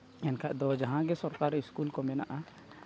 ᱮᱱᱠᱷᱟᱡ ᱫᱚ ᱡᱟᱦᱟᱸ ᱜᱮ ᱥᱚᱨᱠᱟᱨᱤ ᱥᱠᱩᱞ ᱠᱚ ᱢᱮᱱᱟᱜᱼᱟ